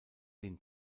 den